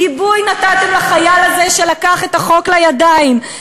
גיבוי נתתם לחייל הזה שלקח את החוק לידיים.